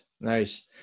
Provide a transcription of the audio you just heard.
Nice